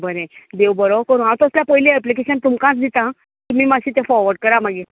बरें देव बरो करूं हांव तशें जाल्यार पयलीं ऍपलिकेशन तुमकांच दिता तुमी मातशें तें फॉवर्ड करा मागीर